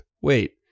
Wait